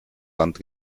land